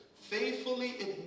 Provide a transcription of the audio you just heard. faithfully